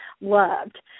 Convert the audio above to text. loved